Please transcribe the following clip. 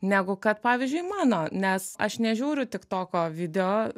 negu kad pavyzdžiui mano nes aš nežiūriu tiktoko video